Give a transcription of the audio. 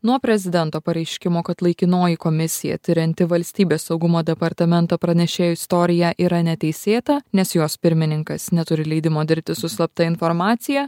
nuo prezidento pareiškimo kad laikinoji komisija tirianti valstybės saugumo departamento pranešėjo istoriją yra neteisėta nes jos pirmininkas neturi leidimo dirbti su slapta informacija